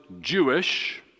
Jewish